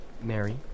Mary